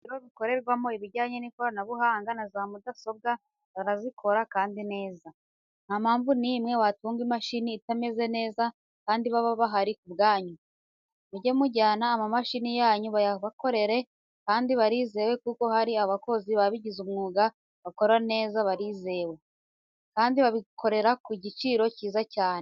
Ibiro bikorerwamo ibijyanye n'ikoranabuhanga na za mudasobwa barazikora kandi neza. Nta mpamvu n'imwe watunga imashini itameze neza kandi baba bahari ku bwanyu. Mujye mujyana amamashini yanyu bayabakorere kandi harizewe kuko hari abakozi babigize umwuga bakora neza barizewe, kandi babigukorera ku giciro cyiza cyane.